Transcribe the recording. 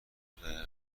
دقیقه